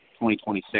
2026